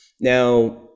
Now